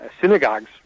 synagogues